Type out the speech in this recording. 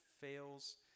fails